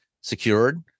secured